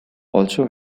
also